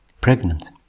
pregnant